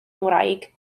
ngwraig